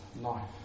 life